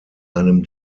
einem